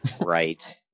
Right